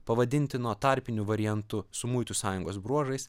pavadintino tarpiniu variantu su muitų sąjungos bruožais